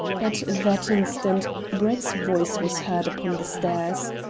at that instant brett's voice was heard upon the stairs.